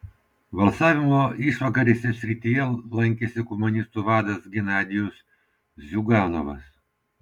balsavimo išvakarėse srityje lankėsi komunistų vadas genadijus ziuganovas